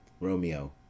Romeo